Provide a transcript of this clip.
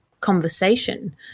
conversation